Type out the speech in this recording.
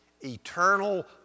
eternal